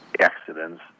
accidents